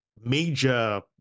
major